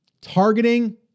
Targeting